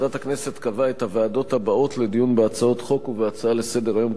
ועדת הכנסת קבעה את הוועדות הבאות לדיון בהצעות חוק ובהצעה לסדר-היום,